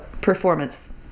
performance